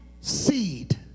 seed